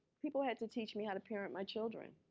people had to teach me how to parent my children.